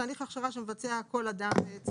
תהליך הכשרה שמבצע כל אדם.